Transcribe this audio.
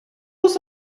muss